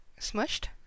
smushed